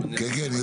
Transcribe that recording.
כן, כן.